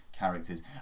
characters